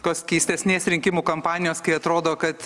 tos keistesnės rinkimų kampanijos kai atrodo kad